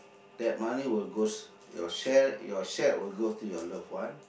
that money will goes your share your share will go to your loved ones